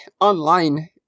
online